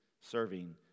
serving